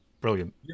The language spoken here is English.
brilliant